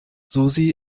susi